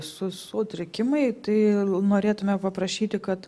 su sutrikimai tai norėtume paprašyti kad